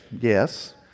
yes